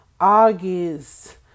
August